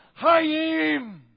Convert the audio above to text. Hayim